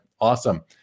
Awesome